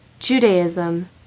Judaism